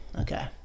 Okay